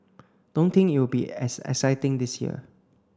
don't think it'll be as exciting this year